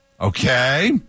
Okay